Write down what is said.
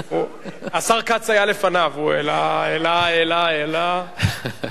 השר כץ היה לפניו, הוא העלה, העלה, העלה, העלה.